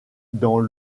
dans